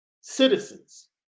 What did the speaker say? citizens